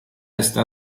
está